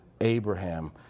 Abraham